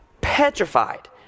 petrified